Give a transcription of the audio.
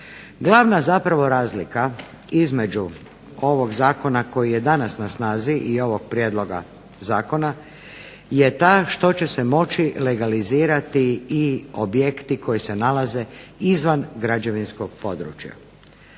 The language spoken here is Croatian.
Glavna zapravo razlika između ovog zakona koji je danas na snazi i ovog prijedloga zakona je ta što će se moći legalizirati i objekti koji se nalaze izvan građevinskog područja.